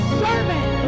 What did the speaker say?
servant